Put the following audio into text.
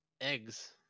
Eggs